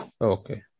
Okay